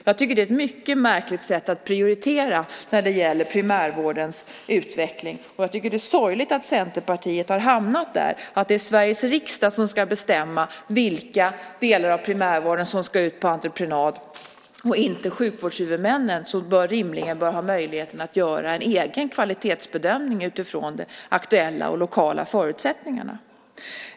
Jag tycker att det är ett mycket märkligt sätt att prioritera när det gäller primärvårdens utveckling. Det är sorgligt att Centerpartiet har hamnat på ståndpunkten att det är Sveriges riksdag som ska bestämma vilka delar av primärvården som ska ut på entreprenad och inte sjukvårdshuvudmännen, som rimligen bör ha möjligheten att göra en egen kvalitetsbedömning utifrån de aktuella och lokala förutsättningarna.